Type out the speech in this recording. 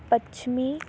ਪੱਛਮੀ